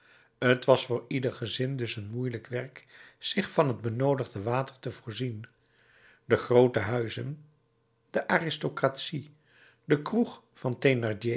t was voor ieder gezin dus een moeielijk werk zich van t benoodigde water te voorzien de groote huizen de aristocratie de kroeg van